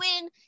win